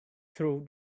through